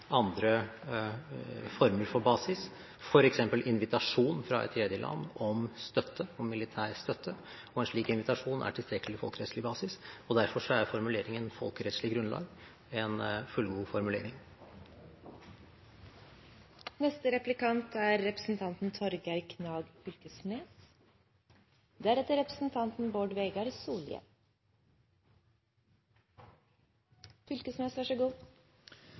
andre former for basis, f.eks. invitasjon fra et tredje land om militær støtte, og en slik invitasjon er tilstrekkelig folkerettslig basis. Derfor er formuleringen folkerettslig grunnlag en fullgod